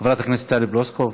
חברת הכנסת טלי פלוסקוב,